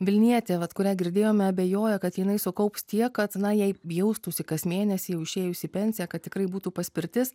vilnietė vat kurią girdėjome abejoja kad jinai sukaups tiek kad na jai jaustųsi kas mėnesį jau išėjus į pensiją kad tikrai būtų paspirtis